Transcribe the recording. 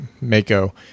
Mako